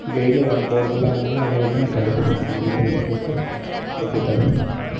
கெயினும் வரப்போகிறது இல்லை அதனால் அதை வந்து நான் கண்டுக்கவே மாட்டேன் எதுவுமே எனக்கு ரொம்ப பிடிக்காது ஓகே தேங்க் யூ